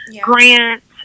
grants